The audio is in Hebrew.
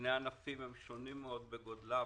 אלה שני ענפים שונים מאוד בגודלם.